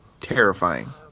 terrifying